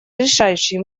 решающий